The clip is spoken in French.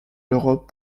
l’europe